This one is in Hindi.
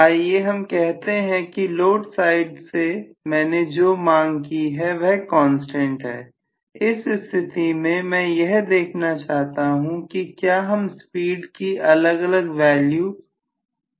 आइए हम कहते हैं कि लोड साइड से मैंने जो मांग की है वह कांस्टेंट है इस स्थिति में मैं यह देखना चाहता हूं कि क्या हम स्पीड की अलग अलग वैल्यू से प्राप्त कर सकते हैं